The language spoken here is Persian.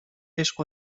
عشق